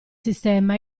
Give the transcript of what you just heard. sistema